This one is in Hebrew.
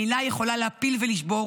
מילה יכולה להפיל ולשבור,